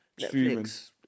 Netflix